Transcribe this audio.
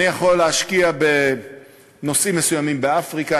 יכול להשקיע בנושאים מסוימים באפריקה,